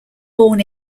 born